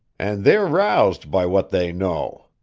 and they're roused by what they know.